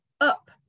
up